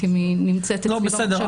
אם היא נמצאת אצלי במחשב או רק בענן.